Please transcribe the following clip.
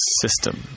system